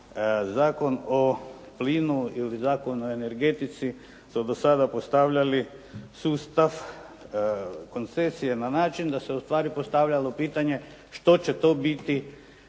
Zakon o plinu ili Zakon o energetici smo do sada postavljali sustav koncesije na način da se ustvari postavljalo pitanje što će to biti